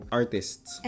artists